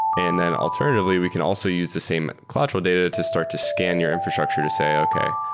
and then alternatively, we can also use the same cloudtrail data to start to scan your infrastructure to say, okay.